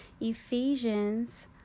Ephesians